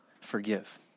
forgive